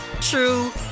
true